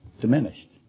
diminished